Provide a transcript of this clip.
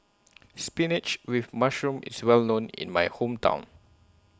Spinach with Mushroom IS Well known in My Hometown